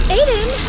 Aiden